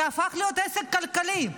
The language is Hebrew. זה הפך להיות עסק כלכלי,